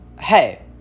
hey